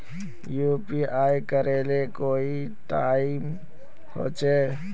UPI करे ले कोई टाइम होचे?